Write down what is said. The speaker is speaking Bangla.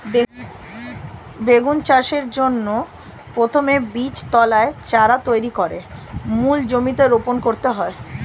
বেগুন চাষের জন্য প্রথমে বীজতলায় চারা তৈরি করে মূল জমিতে রোপণ করতে হয়